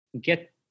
get